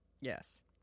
Yes